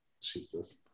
jesus